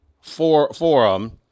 Forum